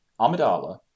Amidala